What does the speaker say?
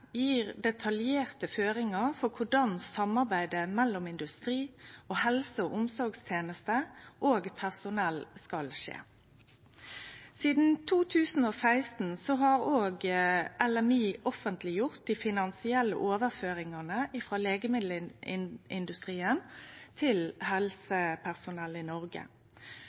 detaljerte føringar for korleis samarbeid mellom industrien og helse- og omsorgsteneste/helsepersonell skal skje. Sidan 2016 har også LMI offentleggjort dei finansielle overføringane frå legemiddelindustrien til helsepersonell i Noreg.